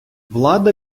влада